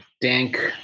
dank